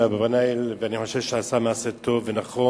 "אברבנאל" ואני חושב שהוא עשה מעשה טוב ונכון,